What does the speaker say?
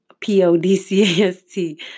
P-O-D-C-A-S-T